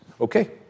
Okay